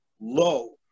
low